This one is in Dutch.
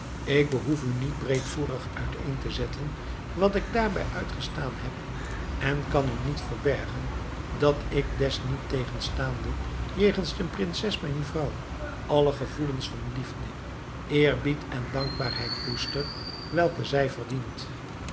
ik behoef u niet breedvoerig uiteen te zetten wat ik daarbij uitgestaan heb en kan u niet verbergen dat ik desniettegenstaande jegens de prinses mijn vrouw alle gevoelens van liefde eerbied en dankbaarheid koester welke zij verdient